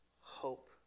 hope